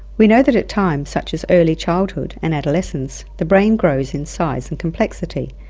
we know that at times such as early childhood and adolescence the brain grows in size and complexity,